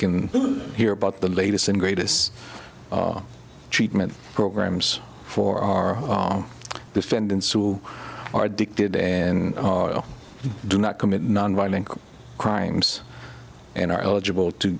can hear about the latest and greatest treatment programs for our defendants who are addicted in do not commit nonviolent crimes and are eligible to